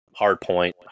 hardpoint